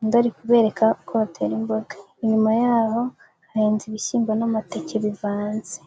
undi ari kubereka uko batera imboga, inyuma yaho hahinze ibishyimbo n'amateke bivanze.